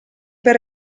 per